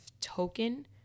token